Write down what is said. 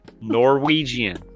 Norwegian